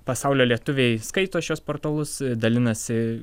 pasaulio lietuviai skaito šiuos portalus dalinasi